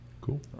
cool